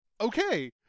okay